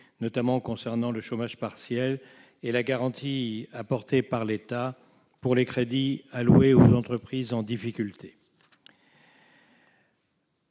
notamment concernant le chômage partiel et la garantie apportée par l'État pour les crédits alloués aux entreprises en difficulté.